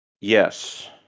Yes